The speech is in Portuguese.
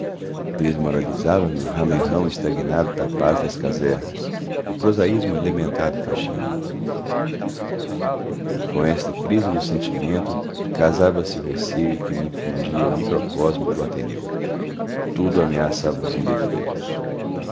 triunfais desmoralizava me o ranram estagnado da paz das casernas o prosaísmo elementar da faxina com esta crise do sentimento casava-se o receio que me infundia o microcosmo do ateneu tudo ameaça os indefesos